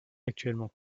actuellement